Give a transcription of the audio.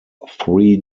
three